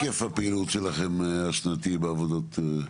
מה היקף הפעילות שלכם השנתי בעבודות?